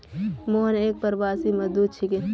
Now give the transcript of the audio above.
मोहन एक प्रवासी मजदूर छिके